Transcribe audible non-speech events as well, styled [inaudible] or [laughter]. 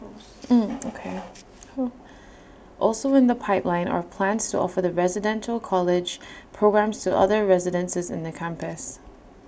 [hesitation] okay [noise] also in the pipeline are plans to offer the residential college programmes to other residences in the campus